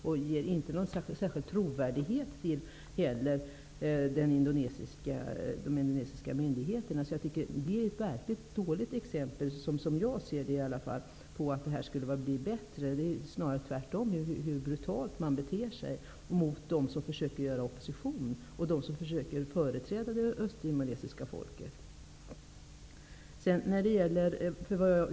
Det ger inte någon särskild trovärdighet till de indonesiska myndigheterna. Det är ett verkligt dåligt exempel på att detta skulle ha blivit bättre. Det är snarare tvärtom ett exempel på hur brutalt man beter sig mot dem som opponerar sig och försöker företräda det östtimoresiska folket.